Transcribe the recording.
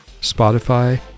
Spotify